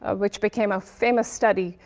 ah which became a famous study,